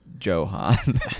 Johan